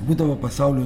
būdavo pasaulio